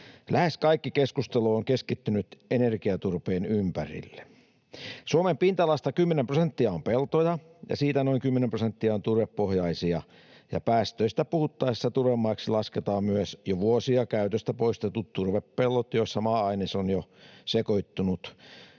Lähes kaikki keskustelu on keskittynyt energiaturpeen ympärille. Suomen pinta-alasta 10 prosenttia on peltoja, siitä noin 10 prosenttia on turvepohjaisia, ja päästöistä puhuttaessa turvemaaksi lasketaan myös jo vuosia sitten käytöstä poistetut turvepellot, joissa maa-aines on jo sekoittunut